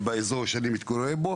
באזור שבו אני מתגורר,